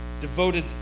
devoted